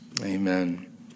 Amen